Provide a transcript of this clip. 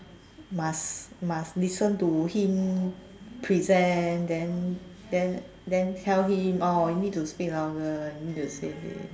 must must listen to him present then then then tell him oh you need to speak louder you need to say